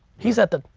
he's at the,